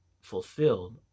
fulfilled